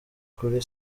kuri